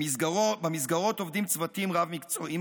במסגרות עובדים צוותים רב-מקצועיים,